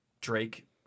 Drake